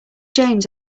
james